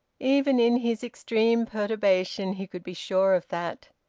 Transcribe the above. even in his extreme perturbation he could be sure of that.